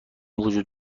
وجود